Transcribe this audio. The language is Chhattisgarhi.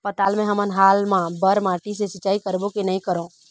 पताल मे हमन हाल मा बर माटी से सिचाई करबो की नई करों?